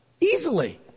Easily